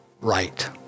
right